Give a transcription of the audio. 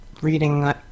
reading